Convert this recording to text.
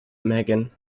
megan